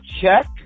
check